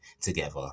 together